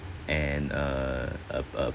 and a a a